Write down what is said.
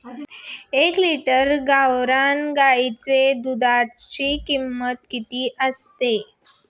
एक लिटर गावरान गाईच्या दुधाची किंमत किती असते?